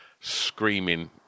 screaming